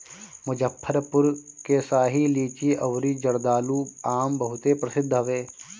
मुजफ्फरपुर के शाही लीची अउरी जर्दालू आम बहुते प्रसिद्ध हवे